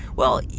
well,